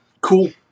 Cool